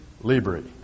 libri